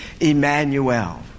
Emmanuel